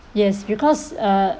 yes because uh